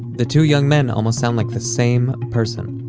the two young men almost sound like the same person.